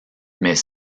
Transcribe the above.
mais